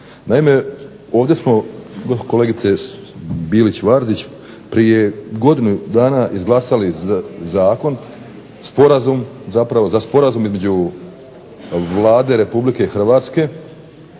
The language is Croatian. Naime, ovdje smo kolegice Bilić Vardić prije godinu dana izglasali zakon, sporazum zapravo, za sporazum između Vlade RH,